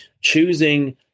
choosing